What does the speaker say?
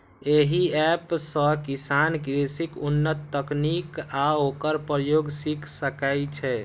एहि एप सं किसान कृषिक उन्नत तकनीक आ ओकर प्रयोग सीख सकै छै